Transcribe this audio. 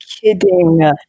kidding